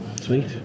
Sweet